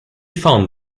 found